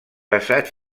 assaig